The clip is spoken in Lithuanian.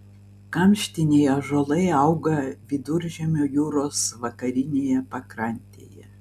kamštiniai ąžuolai auga viduržemio jūros vakarinėje pakrantėje